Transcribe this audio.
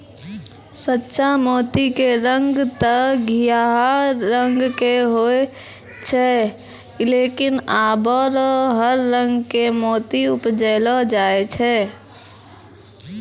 सच्चा मोती के रंग तॅ घीयाहा रंग के होय छै लेकिन आबॅ हर रंग के मोती उपजैलो जाय छै